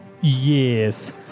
Yes